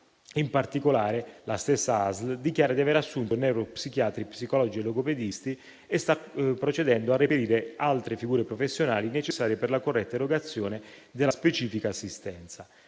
In particolare, la stessa ASL dichiara di aver assunto neuropsichiatri, psicologi e logopedisti e sta procedendo a reperire altre figure professionali necessarie per la corretta erogazione della specifica assistenza.